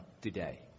today